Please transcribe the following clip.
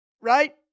right